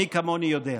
מי כמוני יודע.